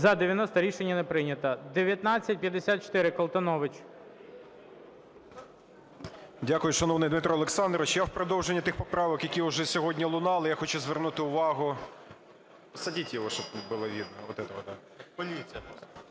За-67 Рішення не прийнято.